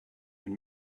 and